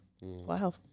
Wow